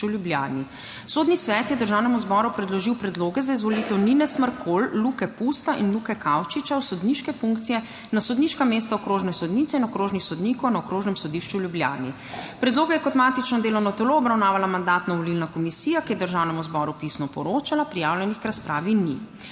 v Ljubljani. Sodni svet je Državnemu zboru predložil predloge za izvolitev Nine Smrkolj, Luke Pusta in Luke Kavčiča v sodniške funkcije na sodniška mesta okrožne sodnice in okrožnih sodnikov na Okrožnem sodišču v Ljubljani. Predloge je kot matično delovno telo obravnavala Mandatno-volilna komisija, ki je Državnemu zboru pisno poročala. Prijavljenih k razpravi ni.